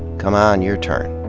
come on, your turn.